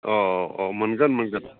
अ अ मोनगोन मोनगोन